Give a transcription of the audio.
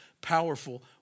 powerful